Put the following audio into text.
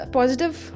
positive